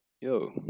yo